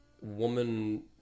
woman